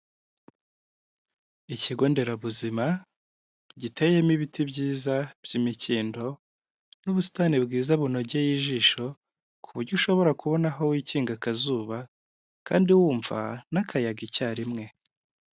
Ikigonderabuzima giteyemo ibiti byiza by'imikindo n'ubusitani bwiza bunogeye ijisho, ku buryo ushobora kubona aho wikinga akazuba kandi wumva n'akayaga icyarimwe.